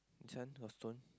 turn to stone